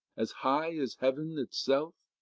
as high as heaven itself?